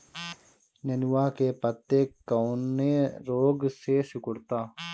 नेनुआ के पत्ते कौने रोग से सिकुड़ता?